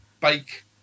bake